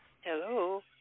Hello